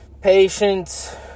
patience